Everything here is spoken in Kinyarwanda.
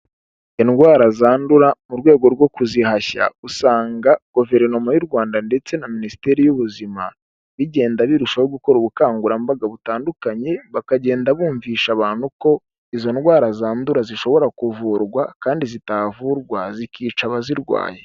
Indwara zandura mu rwego rwo kuzihashya, usanga Guverinoma y’u Rwanda ndetse na minisiteri y'ubuzima, bigenda birushaho gukora ubukangurambaga butandukanye, bakagenda bumvisha abantu ko izo ndwara zandura zishobora kuvurwa kandi zitavurwa zikica abazirwaye.